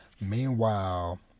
Meanwhile